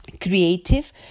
creative